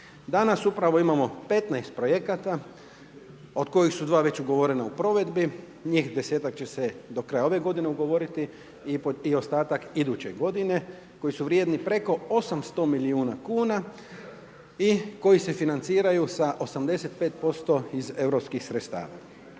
Danas upravo imamo 15 projekata, od koja su 2 već ugovorena u provedbi, njih 10-tak, će se do kraja ove g. dogovoriti i ostatak iduće godine, koji su vrijedni preko 800 milijuna kuna i koji se financiraju sa 85% europskih sredstava.